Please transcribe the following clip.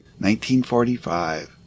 1945